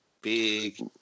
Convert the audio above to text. Big